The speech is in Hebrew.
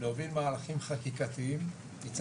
להוביל מהלכים חקיקתיים מצד